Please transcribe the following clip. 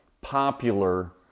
popular